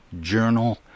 Journal